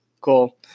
Cool